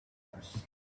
mars